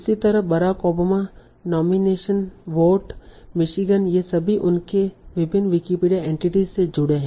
इसी तरह Barack Obama nomination vote Michigan ये सभी उनके विभिन्न विकिपीडिया एंटिटीस से जुड़े हैं